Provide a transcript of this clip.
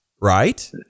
right